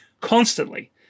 constantly